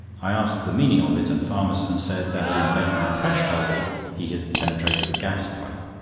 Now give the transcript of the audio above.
i asked the meaning of it, and farmerson said that in making a fresh hole he had penetrated the gas-pipe.